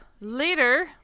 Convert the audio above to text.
Later